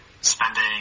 spending